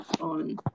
on